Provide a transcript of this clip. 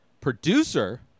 producer